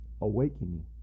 awakening